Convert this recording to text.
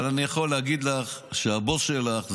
אבל אני יכול להגיד לך שהבוס שלך,